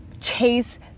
chase